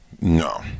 No